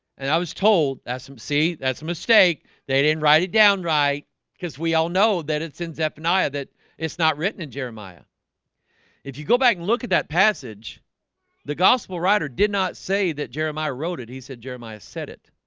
and i was told that's um see that's a mistake they didn't write it down right because we all know that it's in zephaniah that it's not written in jeremiah if you go back and look at that passage the gospel writer did not say that jeremiah wrote it. he said jeremiah said it